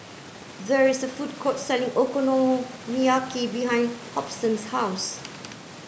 there is a food court selling Okonomiyaki behind Hobson's house